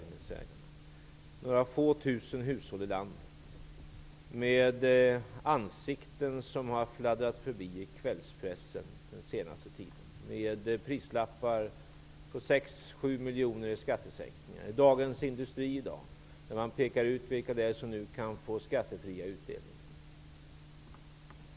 Det rör sig om några få tusen hushåll i landet och om ansikten som fladdrat förbi i kvällspressen under den senaste tiden -- det gäller prislappar om 6--7 miljoner i skattesänkningar. I Dagens Industri pekar man i dag ut dem som nu kan få skattefria utdelningar.